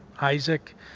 isaac